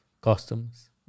costumes